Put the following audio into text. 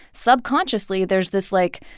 subconsciously there's this, like,